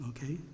Okay